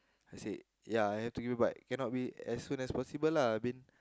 I said ya I have to give it back cannot be as soon as possible lah I mean